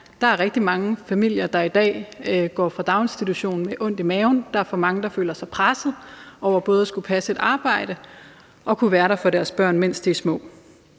Der er rigtig mange forældre, der i dag går fra daginstitutionen og har ondt i maven, der er for mange, der føler sig presset over både at skulle passe et arbejde og kunne være der for deres børn, mens de er små,